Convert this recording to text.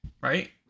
Right